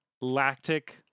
lactic